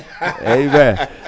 Amen